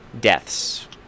deaths